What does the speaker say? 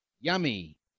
Yummy